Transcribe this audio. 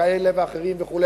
כאלה ואחרים וכו',